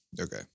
Okay